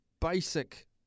basic